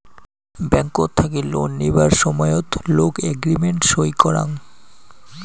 ব্যাংকট থাকি লোন নিবার সময়ত লোক এগ্রিমেন্ট সই করাং